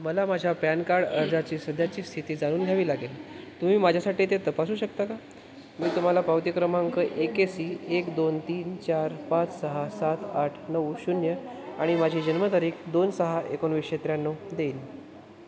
मला माझ्या PAN card अर्जाची सध्याची स्थिती जाणून घ्यावी लागेल तुम्ही माझ्यासाठी ते तपासू शकता का मी तुम्हाला पावती क्रमांक ए के सी एक दोन तीन चार पाच सहा सात आठ नऊ शून्य आणि माझी जन्मतारीख दोन सहा एकोणविसशे त्र्याण्णव देईन